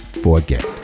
forget